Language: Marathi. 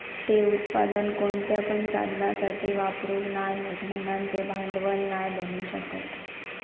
ते उत्पादन कोणत्या पण साधनासाठी वापरूक नाय हत म्हणान ते भांडवल नाय बनू शकत